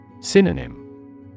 Synonym